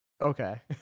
Okay